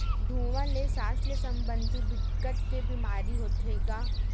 धुवा ले सास ले संबंधित बिकट के बेमारी होथे गा